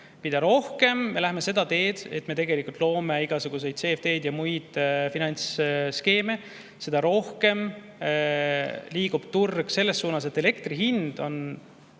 Mida rohkem me läheme seda teed, et me tegelikult loome igasuguseid CFD‑sid ja muid finantsskeeme, seda rohkem liigub turg selles suunas, et elektri hind on